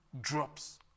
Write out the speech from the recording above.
drops